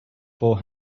four